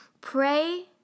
Pray